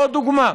זו הדוגמה.